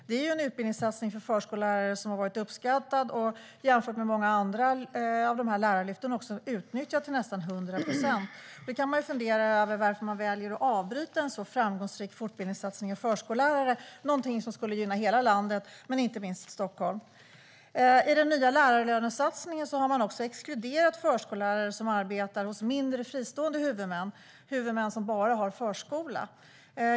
Det är en utbildningssatsning för förskollärare som varit uppskattad och, jämfört med många andra lärarlyft, utnyttjad till nästan 100 procent. Man kan fundera över varför man väljer att avbryta en så framgångsrik fortbildningssatsning för förskollärare, som skulle gynna hela landet och inte minst Stockholm. I den nya lärarlönesatsningen har man exkluderat förskollärare som arbetar hos mindre, fristående huvudmän som bara har förskola.